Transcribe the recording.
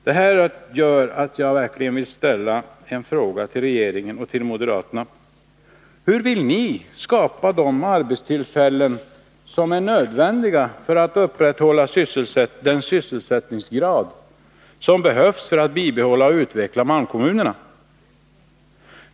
Det här gör att jag verkligen vill fråga regeringen och moderaterna: Hur vill ni skapa de arbetstillfällen som är nödvändiga för att upprätthålla den sysselsättning som behövs för att man skall kunna bibehålla och utveckla malmkommunerna?